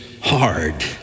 hard